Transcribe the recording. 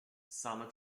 same